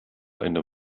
eine